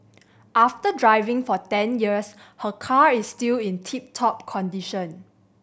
after driving for ten years her car is still in tip top condition